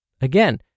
Again